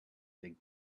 big